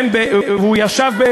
והוא ישב,